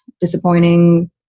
disappointing